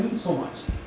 so, much,